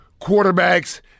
quarterbacks